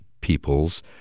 peoples